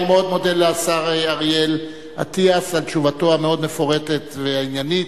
אני מאוד מודה לשר אריאל אטיאס על תשובתו המאוד-מפורטת והעניינית.